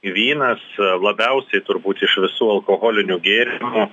vynas labiausiai turbūt iš visų alkoholinių gėrimų